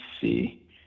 see